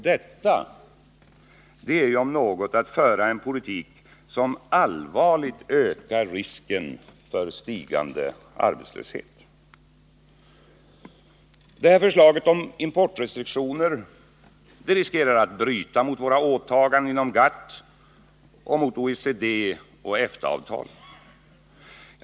Detta om något är att föra en politik som allvarligt ökar risken för stigande arbetslöshet. Genom förslaget om importrestriktioner riskerar man att bryta mot våra åtaganden inom GATT och mot OECD och EFTA-avtalen.